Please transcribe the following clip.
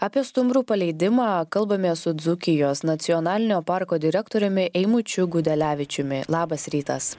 apie stumbrų paleidimą kalbamės su dzūkijos nacionalinio parko direktoriumi eimučiu gudelevičiumi labas rytas